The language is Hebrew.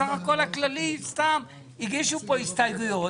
בסך הכול הכללי סתם הגישו פה הסתייגויות